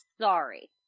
Sorry